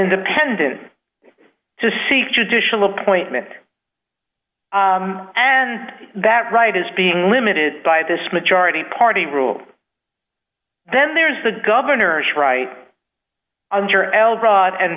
independent to see judicial appointment and that right is being limited by this majority party rule then there is the governor's right under l broad and